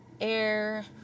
air